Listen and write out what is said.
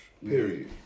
Period